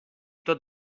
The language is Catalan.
tot